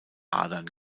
adern